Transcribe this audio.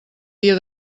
dia